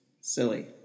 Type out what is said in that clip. silly